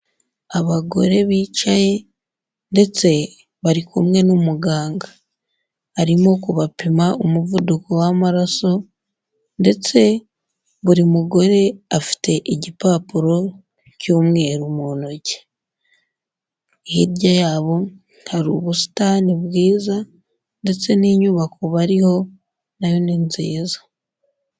Abagore bicaye ndetse bari kumwe n'umuganga, arimo kubapima umuvuduko w'amaraso ndetse buri mugore afite igipapuro cy'umweru mu ntoki, hirya yabo nta ubusitani bwiza ndetse n'inyubako bariho na yo ni nziza.